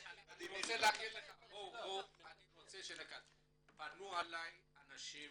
אני רוצה להגיד לך, פנו אלי אנשים